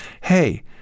hey